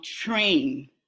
train